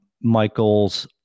Michael's